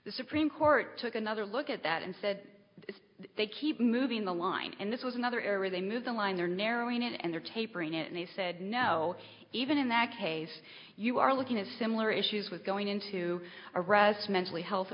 the supreme court took another look at that and said they keep moving the line and this was another error they moved the line they're narrowing it and they're tapering it and they said no even in that case you are looking at similar issues with going into arrests mentally health